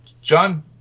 John